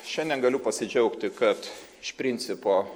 šiandien galiu pasidžiaugti kad iš principo